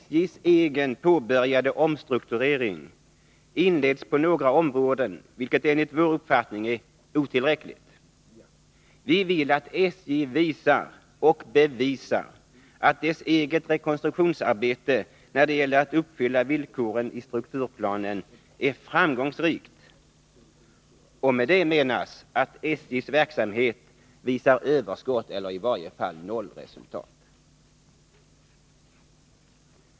SJ:s egen påbörjade omstrukturering inleds på några områden, vilket enligt vår uppfattning är otillräckligt. Vi vill att SJ visar och bevisar att dess eget rekonstruktionsarbete när det gäller att uppfylla villkoren i strukturplanen är framgångsrikt — och med det menas att SJ:s verksamhet visar överskott eller i varje fall nollresultat.